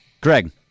Greg